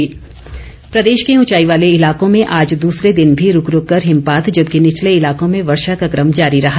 मौसम प्रदेश के ऊंचाई वाले इलाकों में आज दूसरे दिन भी रूक रूक कर हिमपात जबकि निचले इलाकों में वर्षा का कम जारी रहा